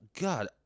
God